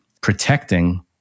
protecting